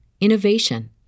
innovation